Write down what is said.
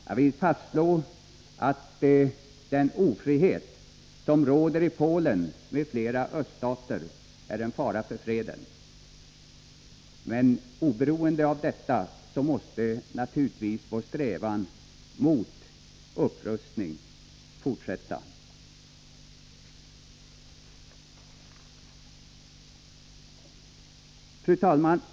Jag vill fastslå att den ofrihet som råder i Polen m.fl. öststater är en fara för freden. Men oberoende av detta måste naturligtvis vår strävan att motarbeta upprustning fortsätta. Fru talman!